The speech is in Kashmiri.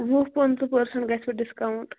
وُہ پٕنٛژٕ پٔرسنٛٹ گَژھِوُ ڈِسکاوُنٛٹ